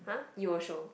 you will show